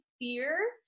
fear